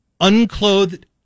unclothed